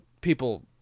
People